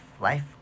life